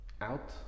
out